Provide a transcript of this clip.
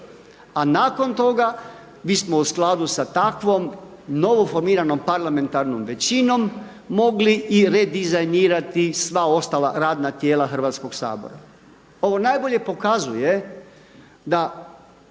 A nakon toga bismo u skladu sa takvom novoformiranom parlamentarnom većinom mogli i redizajnirati sva ostala radna tijela Hrvatskoga sabora. Ovo najbolje pokazuje da